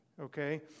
okay